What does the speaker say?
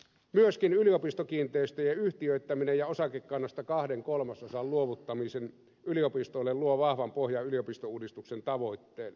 myöskin yliopistokiinteistöjen yhtiöittäminen ja osakekannasta kahden kolmasosan luovuttaminen yliopistoille luo vahvan pohjan yliopistouudistuksen tavoitteille